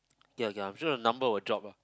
okay okay I'm sure number will drop oh